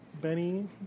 Benny